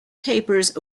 papers